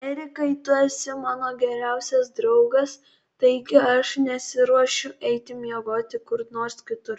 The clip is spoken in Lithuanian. erikai tu esi mano geriausias draugas taigi aš nesiruošiu eiti miegoti kur nors kitur